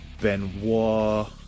Benoit